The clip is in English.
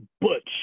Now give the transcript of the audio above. Butch